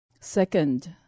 Second